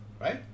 right